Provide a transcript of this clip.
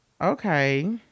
okay